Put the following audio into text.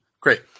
Great